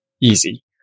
easy